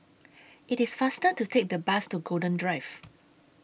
IT IS faster to Take The Bus to Golden Drive